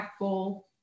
impactful